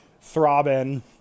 throbbing